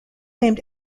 named